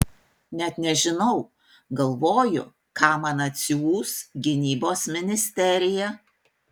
net nežinau galvoju ką man atsiųs gynybos ministerija